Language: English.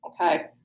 okay